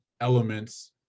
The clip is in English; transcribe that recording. elements